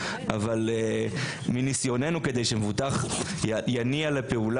אבל מניסיוננו כדי שמבוטח ישתכנע,